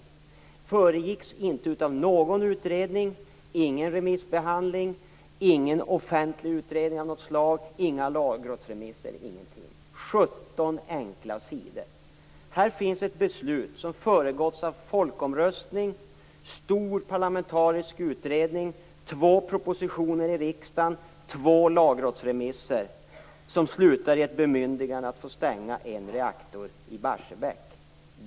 Detta föregicks inte av någon utredning - ingen remissbehandling, ingen offentlig utredning av något slag, inga lagrådsremisser, ingenting. Det var bara 17 Här finns ett beslut som föregåtts av en folkomröstning, en stor parlamentarisk utredning, två propositioner i riksdagen samt två lagrådsremisser och som slutar i ett bemyndigande att få stänga en reaktor i Barsebäck.